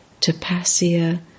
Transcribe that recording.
tapasya